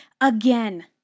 again